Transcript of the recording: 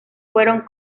fueron